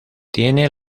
tiene